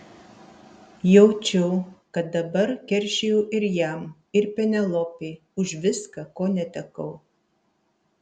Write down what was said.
jaučiau kad dabar keršijau ir jam ir penelopei už viską ko netekau